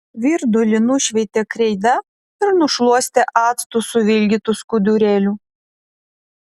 virdulį nušveitė kreida ir nušluostė actu suvilgytu skudurėliu